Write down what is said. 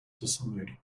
decide